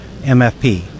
MFP